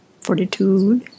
Fortitude